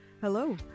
Hello